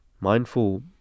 mindful